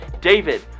David